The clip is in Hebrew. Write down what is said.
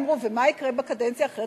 אמרו: ומה יקרה בקדנציה האחרת?